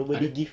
ada